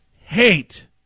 hate